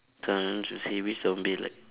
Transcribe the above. so I want to see which zombie like